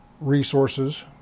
resources